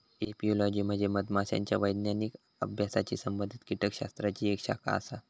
apiology म्हणजे मधमाशांच्या वैज्ञानिक अभ्यासाशी संबंधित कीटकशास्त्राची एक शाखा आसा